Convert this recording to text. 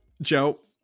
Joe